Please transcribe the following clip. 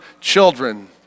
children